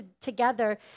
together